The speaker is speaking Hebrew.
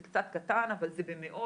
זה קצת קטן אבל זה במאות,